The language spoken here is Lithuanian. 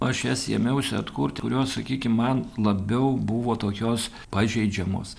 aš jas ėmiausi atkurt kurios sakykim man labiau buvo tokios pažeidžiamos